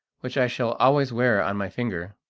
which i shall always wear on my finger.